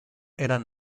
eran